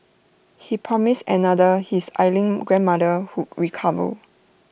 he promised another his ailing grandmother would recover